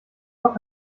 loch